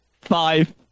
five